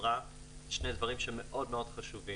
שני דברים שמאוד חשובים.